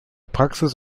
praxis